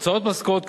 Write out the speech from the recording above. הוצאות משכורת,